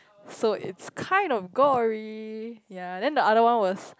so it's kind of gory ya then the other one was